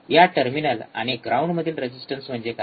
या टर्मिनल आणि ग्राउंड मधील रेजिस्टन्स म्हणजे काय